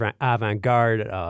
avant-garde